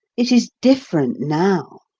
it is different now.